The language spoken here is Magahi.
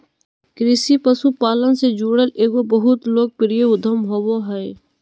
कृषि पशुपालन से जुड़ल एगो बहुत लोकप्रिय उद्यम होबो हइ